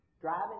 driving